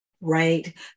right